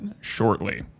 shortly